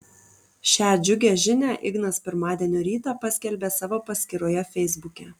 šią džiugią žinią ignas pirmadienio rytą paskelbė savo paskyroje feisbuke